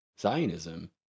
Zionism